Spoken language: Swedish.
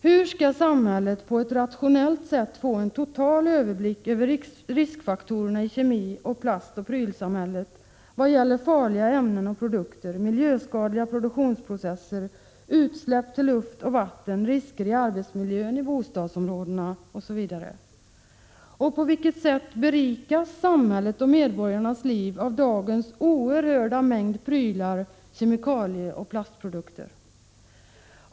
Hur skall samhället på ett rationellt sätt få en total överblick över riskfaktorerna i kemi-, plastoch prylsamhället vad gäller farliga ämnen och produkter, miljöskadliga produktionsprocesser, utsläpp till luft och vatten, risker i arbetsmiljön, i bostadsområdena osv.? Berikas samhället och medborgarnas liv av dagens oerhörda mängd prylar, kemikalier och plastprodukter?